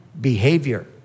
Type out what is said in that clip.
behavior